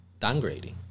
downgrading